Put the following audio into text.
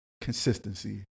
consistency